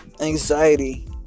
anxiety